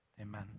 Amen